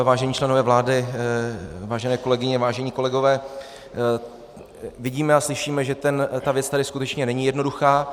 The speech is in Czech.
Vážení členové vlády, vážené kolegyně, vážení kolegové, vidíme a slyšíme, že ta věc tady skutečně není jednoduchá.